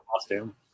costume